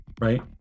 right